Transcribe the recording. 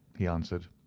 he answered.